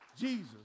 Jesus